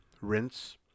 rinse